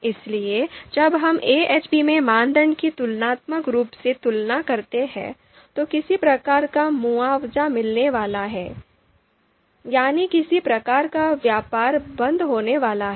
इसलिए जब हम एएचपी में मानदंड की तुलनात्मक रूप से तुलना करते हैं तो किसी प्रकार का मुआवजा मिलने वाला है यानी किसी प्रकार का व्यापार बंद होने वाला है